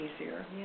easier